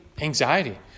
anxiety